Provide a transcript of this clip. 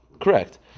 Correct